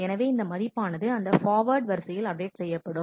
எனவே இந்த மதிப்பானது இந்த பார்வேர்ட் வரிசையில் அப்டேட் செய்யப்படும்